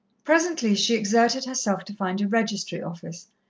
presently she exerted herself to find a registry office,